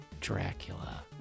Dracula